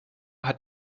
hat